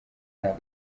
nta